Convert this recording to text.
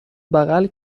بغل